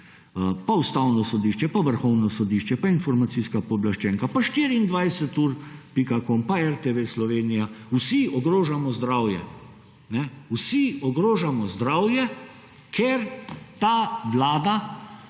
Pa Ustavno sodišče pa Vrhovno sodišče pa informacijska pooblaščenka pa 24ur.com pa RTV Slovenija vsi ogrožamo zdravje. Vsi ogrožamo zdravje, ker ta Vlada